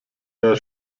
der